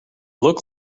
look